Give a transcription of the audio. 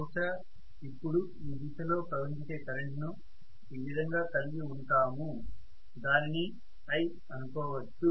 బహుశా ఇప్పుడు ఈ దిశలో ప్రవహించే కరెంట్ను ఈ విధంగా కలిగి ఉంటాము దానిని I అనుకోవచ్చు